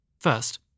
First